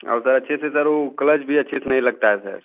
और अच्छे से सर वो क्लच भी अच्छे से नहीं लगता है सर